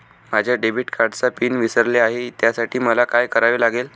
माझ्या डेबिट कार्डचा पिन विसरले आहे त्यासाठी मला काय करावे लागेल?